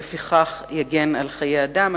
ויגן על חיי אדם.